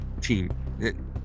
team